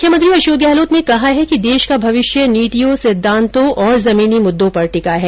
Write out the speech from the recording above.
मुख्यमंत्री अशोक गहलोत ने कहा है कि देश का भविष्य नीतियों सिद्वांतो और जमीनी मुद्दो पर टिका है